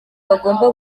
bagomba